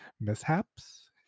mishaps